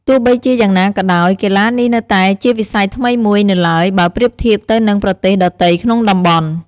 ទោះបីជាយ៉ាងណាក៏ដោយ កីឡានេះនៅតែជាវិស័យថ្មីមួយនៅឡើយបើប្រៀបធៀបទៅនឹងប្រទេសដទៃក្នុងតំបន់។